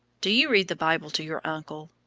do you read the bible to your uncle?